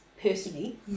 personally